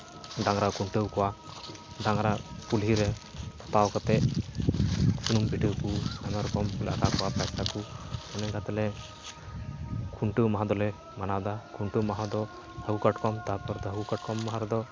ᱰᱟᱝᱨᱟ ᱠᱷᱩᱱᱴᱟᱹᱣ ᱠᱚᱣᱟ ᱰᱟᱝᱨᱟ ᱠᱩᱞᱦᱤ ᱨᱮ ᱯᱚᱛᱟᱣ ᱠᱟᱛᱮᱫ ᱥᱩᱱᱩᱢ ᱯᱤᱴᱷᱟᱹ ᱠᱚ ᱟᱭᱢᱟ ᱨᱚᱠᱚᱢᱞᱮ ᱤᱱᱠᱟᱹ ᱠᱟᱛᱮᱫ ᱠᱷᱩᱱᱴᱟᱹᱣ ᱢᱟᱦᱟ ᱫᱚ ᱦᱟᱹᱠᱩ ᱠᱟᱴᱠᱚᱢ ᱦᱟᱹᱠᱩ ᱠᱟᱴᱠᱚᱢ ᱢᱟᱦᱟ ᱨᱮᱫᱚ